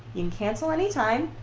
you can cancel anytime.